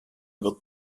wird